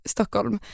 Stockholm